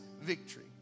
victory